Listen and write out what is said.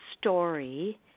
story